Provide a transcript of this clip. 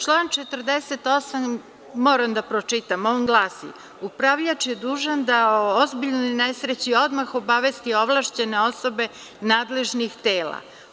Član 48. moram da pročitam, on glasi - upravljač je dužan da o ozbiljnoj nesreći odmah obavesti ovlašćene osobe, nadležnih tela.